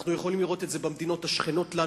אנחנו יכולים לראות את זה במדינות השכנות לנו,